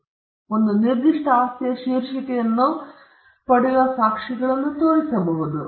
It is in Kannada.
ನೀವು ಒಂದು ನಿರ್ದಿಷ್ಟ ಆಸ್ತಿಯ ಶೀರ್ಷಿಕೆಯನ್ನು ನೀವು ಪಡೆಯುವ ಸಾಕ್ಷಿಗಳನ್ನು ತೋರಿಸಬಹುದು